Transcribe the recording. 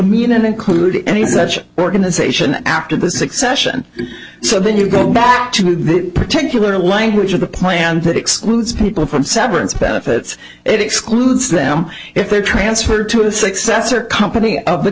mean an include any such organization after the succession so then you go back to the particular language of the plan that excludes people from severance benefits it excludes them if they are transferred to a successor company of the